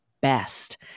best